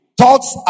thoughts